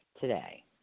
today